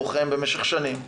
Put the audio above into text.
לוחם במשך שנים,